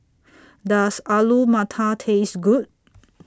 Does Alu Matar Taste Good